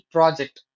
Project